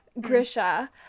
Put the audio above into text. Grisha